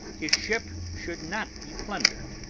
his ship should not be plundered.